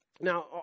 Now